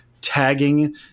tagging